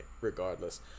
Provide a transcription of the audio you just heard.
regardless